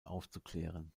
aufzuklären